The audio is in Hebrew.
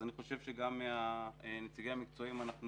אז אני חושב שגם מדברי הנציגים המקצועיים אנחנו